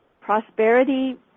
prosperity